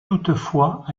toutefois